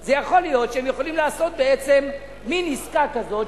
זה יכול להיות שהם יכולים לעשות בעצם מין עסקה כזאת,